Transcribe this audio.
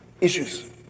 issues